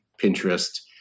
Pinterest